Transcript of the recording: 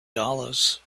dollars